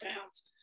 pounds